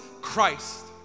Christ